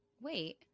wait